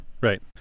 Right